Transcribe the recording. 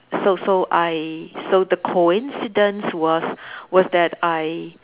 so so I so the coincidence was was that I